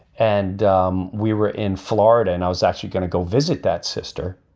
and um we were in florida and i was actually gonna go visit that sister.